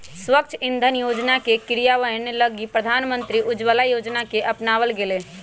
स्वच्छ इंधन योजना के क्रियान्वयन लगी प्रधानमंत्री उज्ज्वला योजना के अपनावल गैलय